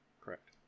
Correct